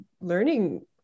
learning